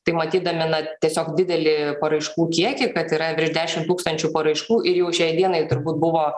tai matydami na tiesiog didelį paraiškų kiekį kad yra virš dešim tūkstančių paraiškų ir jau šiai dienai turbūt buvo